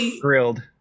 Grilled